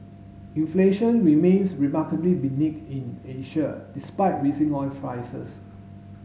inflation remains remarkably in Asia despite rising oil prices